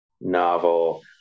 novel